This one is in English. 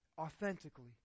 authentically